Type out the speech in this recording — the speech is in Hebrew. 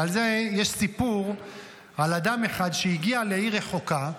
ועל זה יש סיפור על אדם אחד שהגיע לעיר רחוקה,